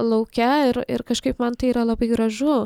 lauke ir ir kažkaip man tai yra labai gražu